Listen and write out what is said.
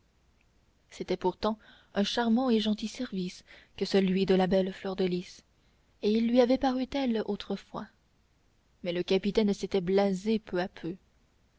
c'était pourtant un charmant et gentil service que celui de la belle fleur de lys et il lui avait paru tel autrefois mais le capitaine s'était blasé peu à peu